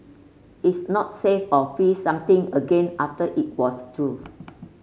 it's not safe of freeze something again after it was through